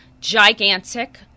gigantic